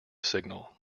signal